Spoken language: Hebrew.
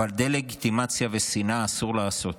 אבל דה-לגיטימציה ושנאה אסור לעשות,